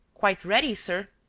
quite ready, sir.